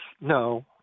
no